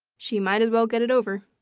she might as well get it over.